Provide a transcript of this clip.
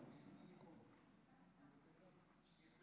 אדוני היושב-ראש,